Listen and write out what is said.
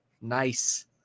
Nice